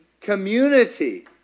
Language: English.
Community